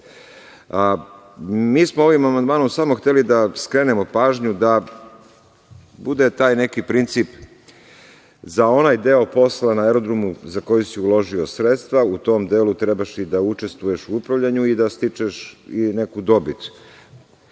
smo ovim amandmanom hteli da skrenemo pažnju da bude taj neki princip za onaj deo posla na aerodromu za koji si uloži sredstva, u tom delu trebaš i da učestvuješ u upravljanju i da stičeš i neku dobit.